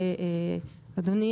אדוני,